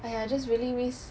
!aiya! I just really miss